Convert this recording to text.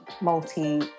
multi